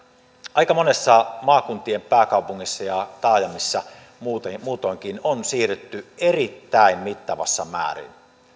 aika monessa maakuntien pääkaupungissa ja taajamissa muutoinkin on siirrytty erittäin mittavassa määrin